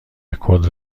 رکورد